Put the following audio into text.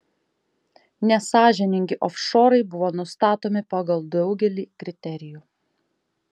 nesąžiningi ofšorai buvo nustatomi pagal daugelį kriterijų